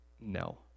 no